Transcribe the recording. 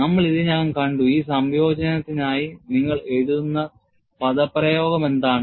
നമ്മൾ ഇതിനകം കണ്ടു ഈ സംയോജനത്തിനായി നിങ്ങൾ എഴുതുന്ന പദപ്രയോഗം എന്താണ്